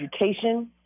reputation